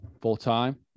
full-time